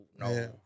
no